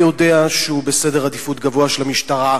אני יודע שהוא בעדיפות גבוהה של המשטרה,